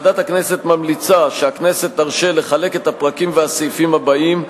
ועדת הכנסת ממליצה שהכנסת תרשה לחלק את הפרקים והסעיפים הבאים,